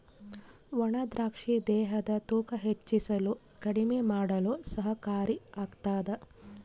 ಒಣ ದ್ರಾಕ್ಷಿ ದೇಹದ ತೂಕ ಹೆಚ್ಚಿಸಲು ಕಡಿಮೆ ಮಾಡಲು ಸಹಕಾರಿ ಆಗ್ತಾದ